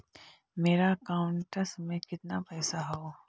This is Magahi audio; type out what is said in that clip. मेरा अकाउंटस में कितना पैसा हउ?